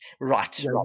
right